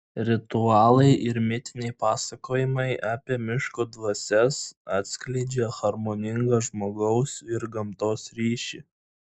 ritualai ir mitiniai pasakojimai apie miško dvasias atskleidžia harmoningą žmogaus ir gamtos ryšį